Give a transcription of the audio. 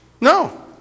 No